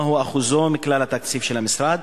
מהו אחוזו מכלל התקציב של המשרד?